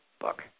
book